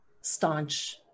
staunch